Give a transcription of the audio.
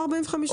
או 45 ימים.